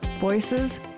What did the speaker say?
Voices